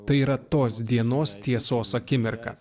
tai yra tos dienos tiesos akimirka